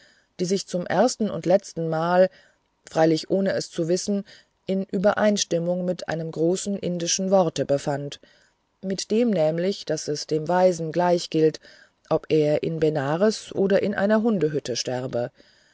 die sich zum ersten und letzten male freilich ohne es zu wissen in übereinstimmung mit einem großen indischen worte befand mit dem nämlich daß es dem weisen gleich gilt ob er in benares oder in einer hundehütte sterbe